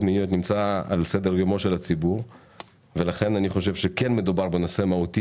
מיניות נמצא על סדר יומו של הציבור ולכן אני חושב שכן מדובר בנושא מהותי